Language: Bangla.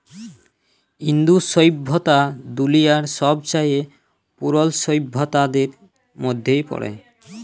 ইন্দু সইভ্যতা দুলিয়ার ছবচাঁয়ে পুরল সইভ্যতাদের মইধ্যে পড়ে